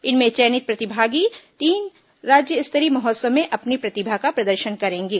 इनमें चयनित प्रतिभागी तीन दिवसीय राज्य स्तरीय महोत्सव में अपनी प्रतिभा का प्रदर्शन करेंगे